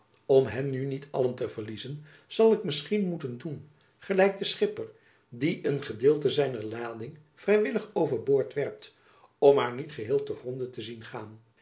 om hen nu niet allen te verliezen zal ik misschien moeten doen gelijk de schipper die een gedeelte zijner lading vrijwillig over boord werpt om haar niet geheel te gronde te zien gaan